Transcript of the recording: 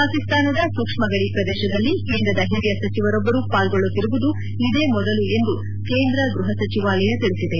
ಪಾಕಿಸ್ತಾನದ ಸೂಕ್ಷ್ಮಗಡಿ ಪ್ರದೇಶದಲ್ಲಿ ಕೇಂದ್ರದ ಹಿರಿಯ ಸಚಿವರೊಬ್ಬರು ಪಾಲ್ಗೊಳ್ಳುತ್ತಿರುವುದು ಇದೇ ಮೊದಲು ಎಂದು ಕೇಂದ್ರ ಗೃಹ ಸಚಿವಾಲಯ ತಿಳಿಸಿದೆ